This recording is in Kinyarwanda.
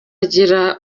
agira